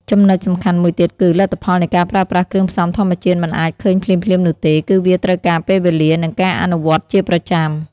ចំណុចសំខាន់មួយទៀតគឺ លទ្ធផលនៃការប្រើប្រាស់គ្រឿងផ្សំធម្មជាតិមិនអាចឃើញភ្លាមៗនោះទេ គឺវាត្រូវការពេលវេលា និងការអនុវត្តជាប្រចាំ។